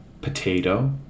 potato